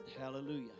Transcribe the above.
hallelujah